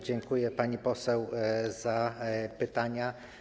Dziękuję, pani poseł, za pytania.